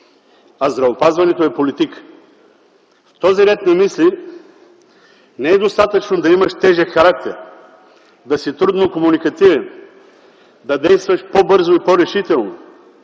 а здравеопазването е политика. В този ред на мисли не е достатъчно да имаш тежък характер, да си трудно комуникативен, да действаш по-бързо и по-решително,